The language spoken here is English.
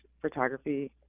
photography